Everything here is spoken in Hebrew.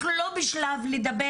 אנחנו לא בשלב של דיבורים,